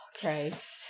Christ